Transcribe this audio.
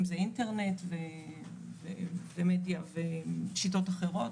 אם זה אינטרנט ומדיה ושיטות אחרות.